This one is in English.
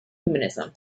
humanism